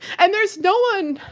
and there's no one,